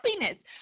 happiness